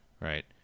Right